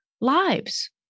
lives